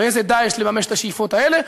באיזה "דאעש" לממש את השאיפות האלה.